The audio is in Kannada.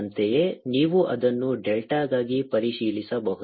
ಅಂತೆಯೇ ನೀವು ಅದನ್ನು ಡೆಲ್ಟಾಗಾಗಿ ಪರಿಶೀಲಿಸಬಹುದು